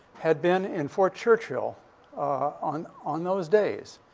had been in fort churchill ah on on those days.